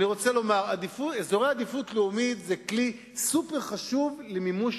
אני רוצה לומר שאזורי עדיפות לאומית הם כלי סופר-חשוב למימוש